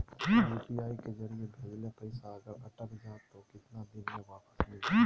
UPI के जरिए भजेल पैसा अगर अटक जा है तो कितना दिन में वापस मिलते?